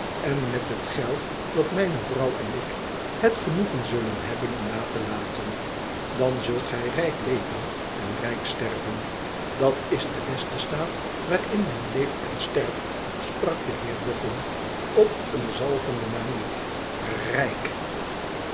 en met het geld dat mijne vrouw en ik het genoegen zullen hebben una te laten dan zult gij rijk leven en rijk sterven dat is de beste staat waarin men leeft en sterft sprak de heer bofün op eene zalvende manier